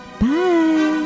Bye